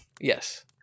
Yes